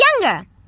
younger